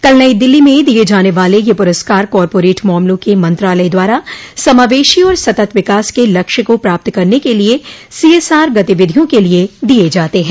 कल नई दिल्ली में दिये जाने वाले ये पुरस्कार कार्पोरेट मामलों के मंत्रालय द्वारा समावेशी और सतत विकास के लक्ष्य को प्राप्त करने के लिए सीएसआर गतिविधियों के लिए दिए जाते हैं